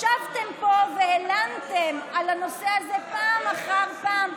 ישבתם פה והלנתם על הנושא הזה פעם אחר פעם,